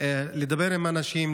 לדבר עם אנשים,